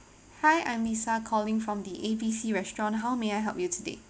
hi I'm lisa calling from the A_B_C restaurant how may I help you today